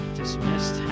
dismissed